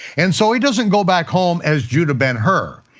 and so he doesn't go back home as judah ben-hur.